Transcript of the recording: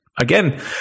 again